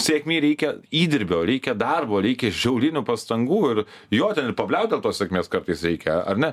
sėkmei reikia įdirbio reikia darbo reikia žiaurinių pastangų ir jo ten ir pabliaut dėl to sėkmės kartais reikia ar ne